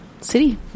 City